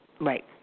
Right